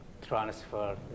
transfer